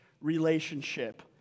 relationship